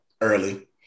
early